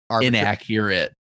inaccurate